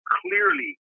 clearly